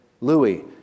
Louis